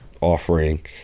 offering